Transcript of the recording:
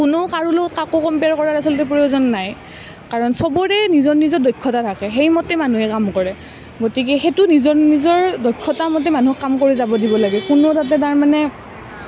কোনেও কাৰো লগত কাকো কম্পেয়াৰ কৰাৰ আচলতে প্ৰয়োজন নাই কাৰণ চবৰে নিজৰ নিজৰ দক্ষতা থাকে সেইমতে মানুহে কাম কৰে গতিকে সেইটো নিজৰ নিজৰ দক্ষতামতে মানুহক কাম কৰি যাব দিব লাগে কোনেও তাতে তাৰমানে